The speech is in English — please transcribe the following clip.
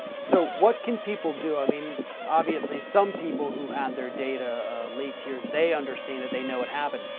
so what can people do? i mean obviously some people who had their data leaked here, they understand it, they know what happened.